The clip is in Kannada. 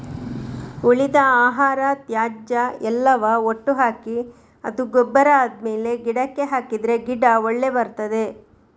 ಉಳಿದ ಆಹಾರ, ತ್ಯಾಜ್ಯ ಎಲ್ಲವ ಒಟ್ಟು ಹಾಕಿ ಅದು ಗೊಬ್ಬರ ಆದ್ಮೇಲೆ ಗಿಡಕ್ಕೆ ಹಾಕಿದ್ರೆ ಗಿಡ ಒಳ್ಳೆ ಬರ್ತದೆ